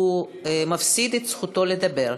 מפסיד את זכותו לדבר.